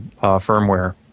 firmware